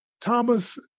thomas